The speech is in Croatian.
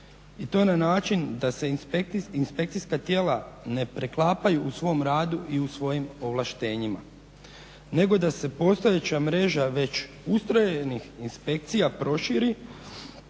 i to na način da se inspekcijska tijela ne preklapaju u svom radu i u svojim ovlaštenjima, nego da se postojeća mreža već ustrojenih inspekcija proširi